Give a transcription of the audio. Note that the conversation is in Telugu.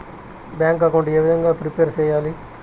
బ్యాంకు అకౌంట్ ఏ విధంగా ప్రిపేర్ సెయ్యాలి?